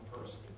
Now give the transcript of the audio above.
person